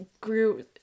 grew